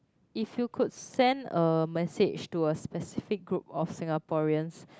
if you could send a message to a specific group of Singaporeans